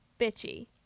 bitchy